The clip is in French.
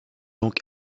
donc